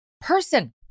person